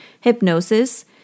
hypnosis